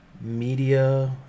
media